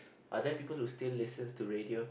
are there people who still listens to radio